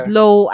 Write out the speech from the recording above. low